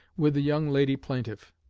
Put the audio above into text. with the young lady plaintiff.